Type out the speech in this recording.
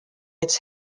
its